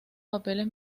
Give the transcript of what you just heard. papeles